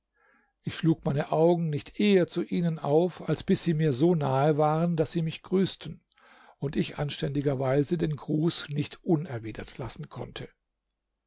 ich schlug meine augen nicht eher zu ihnen auf als bis sie mir so nahe waren daß sie mich grüßten und ich anständigerweise den gruß nicht unerwidert lassen konnte